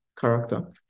character